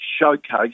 showcase